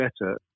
better